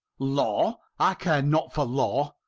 law? i care not for law.